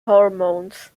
hormones